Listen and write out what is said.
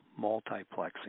multiplexing